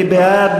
מי בעד?